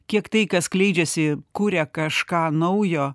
kiek tai kas skleidžiasi kuria kažką naujo